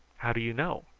how do you know?